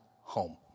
home